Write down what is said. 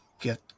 get